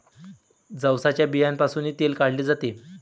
जवसाच्या बियांपासूनही तेल काढले जाते